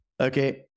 okay